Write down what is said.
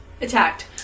Attacked